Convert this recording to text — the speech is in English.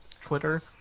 Twitter